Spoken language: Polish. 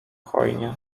hojnie